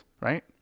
Right